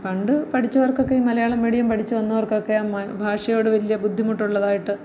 പണ്ട് പഠിച്ചവർക്കൊക്കെ ഈ മലയാളം മീഡിയം പഠിച്ച് വന്നവർക്കൊക്കെ മ ഭാഷയോട് വലിയ ബുദ്ധിമുട്ടുള്ളതായിട്ട്